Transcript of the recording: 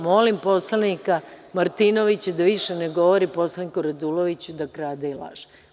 Molim poslanika Martinovića da više ne govori poslaniku Raduloviću da krade i laže.